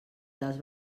dels